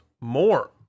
more